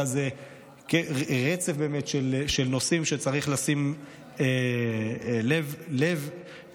אלא זה רצף של נושאים שצריך לשים לב אליהם.